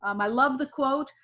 um i love the quote.